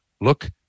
look